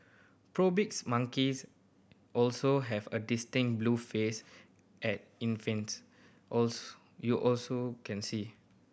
monkeys also have a distinct blue face at infancy also you also can see